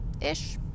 ish